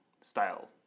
style